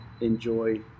enjoy